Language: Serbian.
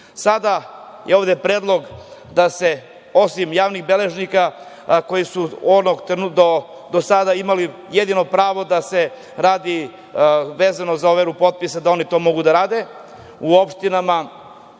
je ovde predlog da se osim javnih beležnika, koji su do sada imali jedino pravo da se radi vezano za overu potpisa, da oni to mogu da rade. U opštinama